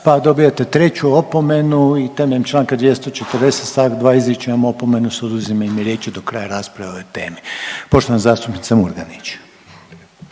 pa dobijate treću opomenu i temeljem Članka 240. stavak 2. izričem opomenu s oduzimanjem riječi do kraja rasprave o ovoj temi. Poštovana zastupnica Murganić.